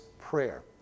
prayer